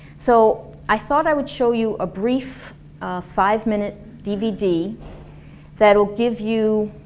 so i thought i would show you a brief five minute dvd that will give you